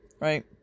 right